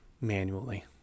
manually